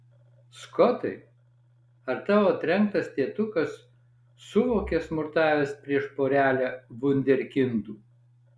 skotai ar tavo trenktas tėtukas suvokė smurtavęs prieš porelę vunderkindų